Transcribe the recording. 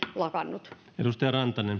lakannut